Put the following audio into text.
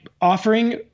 offering